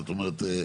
זאת אומרת,